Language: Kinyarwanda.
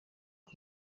cya